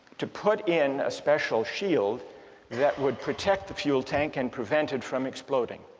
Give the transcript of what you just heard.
to put in a special shield that would protect the fuel tank and prevent it from exploding.